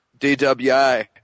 DWI